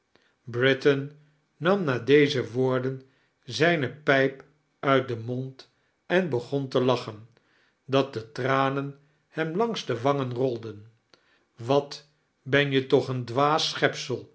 britain nam na deze woorden zijne pijp uit den mond en begon te lachen dat de uranen hem langs de wangein rolden wat ben je toch een dwaas